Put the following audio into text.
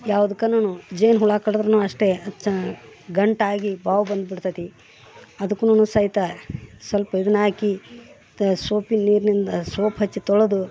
ಯಾವುದಕ್ಕೇನನು ಜೇನು ಹುಳ ಕಡಿದ್ರೂನೂ ಅಷ್ಟೇ ಅಚ್ಚಾ ಗಂಟಾಗಿ ಬಾವು ಬಂದು ಬಿಡ್ತದೆ ಅದ್ಕುನು ಸಹಿತ ಸ್ವಲ್ಪ್ ಇದನ್ನಾಕಿ ತ ಸೋಪಿನ ನೀರಿನಿಂದ ಸೋಪ್ ಹಚ್ಚಿ ತೊಳೆದು